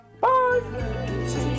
Bye